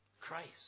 Christ